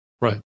right